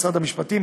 משרד המשפטים,